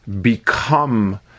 become